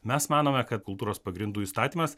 mes manome kad kultūros pagrindų įstatymas